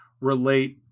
relate